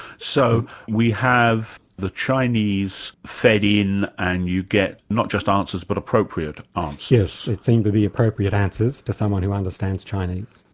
so we have the chinese fed in and you get not just answers but appropriate answers. um yes, it seemed to be appropriate answers to someone who understands chinese.